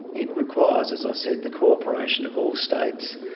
it requires, as i said, the co-operation of all states.